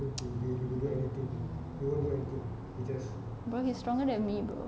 but he's stronger than me bro